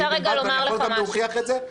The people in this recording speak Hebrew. ואני יכול גם להוכיח את זה,